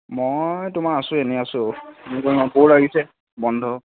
মই তোমাৰ আছোঁ এনে আছোঁ ব'ৰ লাগিছে বন্ধ